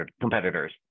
competitors